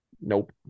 Nope